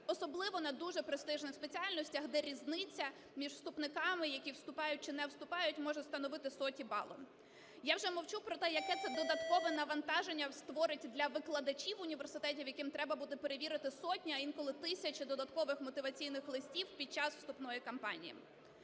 особливо на дуже престижних спеціальностях, де різниця між вступниками, які вступають чи не вступають, може становити соті бала. Я вже мовчу про те, яке це додаткове навантаження створить для викладачів університетів, яким треба буде перевірити сотні, а інколи тисячі додаткових мотиваційних листів під час вступної кампанії.